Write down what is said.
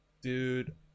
dude